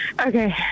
okay